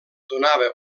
donava